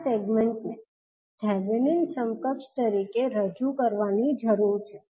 આ સેગમેન્ટ ને થેવેનિન સમકક્ષ તરીકે રજૂ કરવાની જરૂર છે